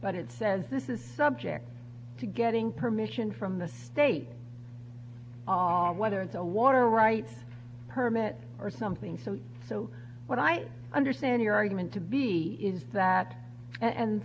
but it says this is subject to getting permission from the state are whether it's a water rights permit or something so so what i understand your argument to be is that and